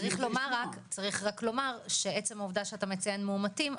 צריך לומר שעצם העובדה שאתה מציין מאומתים,